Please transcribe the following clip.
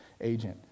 agent